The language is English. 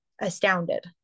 astounded